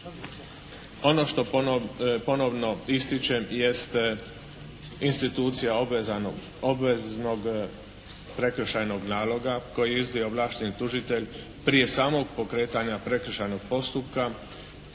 Ono što ponovno ističem jest institucija obveznog prekršajnog naloga koji je iznio ovlašteni tužitelj prije samo pokretanja prekršajnog postupka